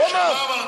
מה אמרתי?